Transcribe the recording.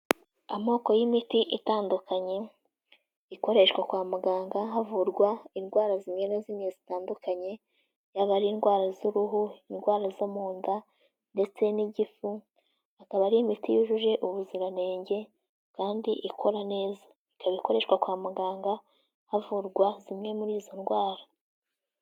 Amoko y'imiti itandukanye ikoreshwa kwa muganga havurwa indwara zimwe na zimwe zitandukanye, yaba ari indwara z'uruhu, indwara zo mu nda, ndetse n'igifu akaba ari imiti yujuje ubuziranenge kandi ikora neza, ikaba ikoreshwa kwa muganga havurwa zimwe muri izo ndwara.